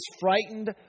frightened